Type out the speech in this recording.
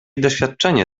doświadczenie